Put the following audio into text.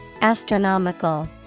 Astronomical